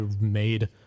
made